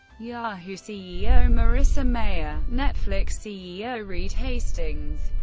yahoo! ceo marissa mayer, netflix ceo reed hastings,